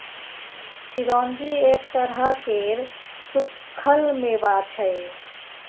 चिरौंजी एक तरह केर सुक्खल मेबा छै